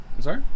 sorry